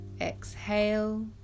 exhale